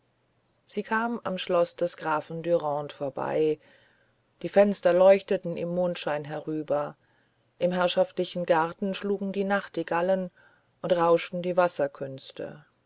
sie kam am schloß des grafen dürande vorbei die fenster leuchteten im mondschein herüber im herrschaftlichen garten schlugen die nachtigallen und rauschten die wasserkünste